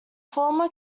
former